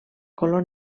color